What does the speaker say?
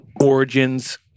Origins